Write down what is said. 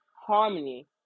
harmony